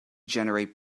generate